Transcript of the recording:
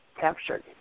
captured